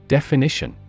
Definition